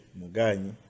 Mugani